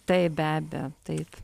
taip be abejo taip